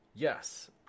Yes